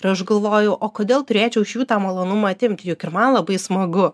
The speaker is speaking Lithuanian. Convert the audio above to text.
ir aš galvoju o kodėl turėčiau iš jų tą malonumą atimt juk ir man labai smagu